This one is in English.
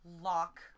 lock